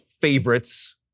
favorites